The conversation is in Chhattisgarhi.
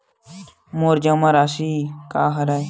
मोर जमा राशि का हरय?